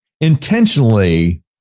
intentionally